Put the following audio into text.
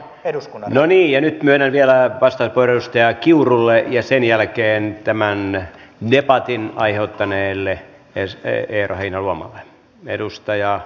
no niin ja nyt myönnän vielä vastauspuheenvuoron edustaja kiurulle ja sen jälkeen tämän debatin aiheuttaneelle eero heinäluomalle